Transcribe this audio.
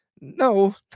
No